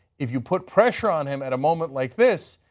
if you put pressure on him at a moment like this,